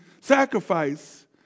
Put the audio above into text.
sacrifice